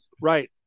Right